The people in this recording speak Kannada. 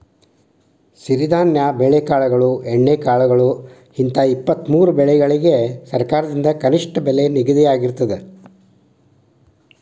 ಸಿರಿಧಾನ್ಯ ಬೆಳೆಕಾಳುಗಳು ಎಣ್ಣೆಕಾಳುಗಳು ಹಿಂತ ಇಪ್ಪತ್ತಮೂರು ಬೆಳಿಗಳಿಗ ಸರಕಾರದಿಂದ ಕನಿಷ್ಠ ಬೆಲೆ ನಿಗದಿಯಾಗಿರ್ತದ